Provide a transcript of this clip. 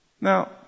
Now